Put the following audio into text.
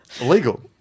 Illegal